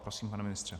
Prosím, pane ministře.